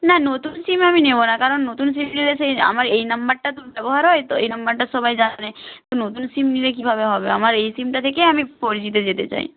না নতুন সিম আমি নেব না কারণ নতুন সিম নিলে সেই আমার এই নাম্বারটা তো ব্যবহার হয় তো এই নাম্বারটা সবাই জানে তো নতুন সিম নিলে কীভাবে হবে আমার এই সিমটা থেকে আমি ফোর জিতে যেতে চাই